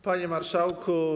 Panie Marszałku!